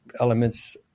elements